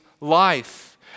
life